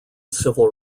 civil